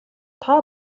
тоо